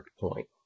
point